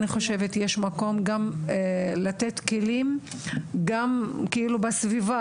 אני חושבת שיש גם מקום לתת כלים גם מבחינת הסביבה.